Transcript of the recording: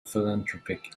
philanthropic